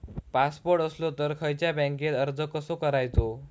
Passport असलो तर खयच्या बँकेत अर्ज कसो करायचो?